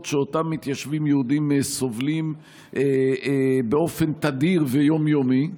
שאותם מתיישבים יהודים סובלים באופן תדיר ויום-יומי.